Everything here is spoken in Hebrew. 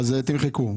תמחקו.